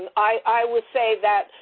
i would say that,